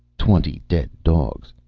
twenty dead dogs!